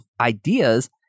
ideas